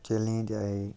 challenge آیے